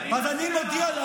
אז אני פה,